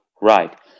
Right